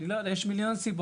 אני לא יודע, יש מיליון סיבות.